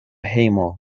hejmo